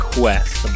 Quest